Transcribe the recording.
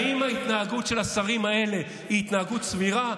האם ההתנהגות של השרים האלה היא התנהגות סבירה?